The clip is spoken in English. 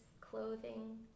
clothing